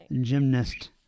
Gymnast